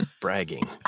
bragging